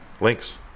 links